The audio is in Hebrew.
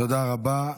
תודה רבה.